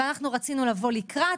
ואנחנו רצינו לבוא לקראתם.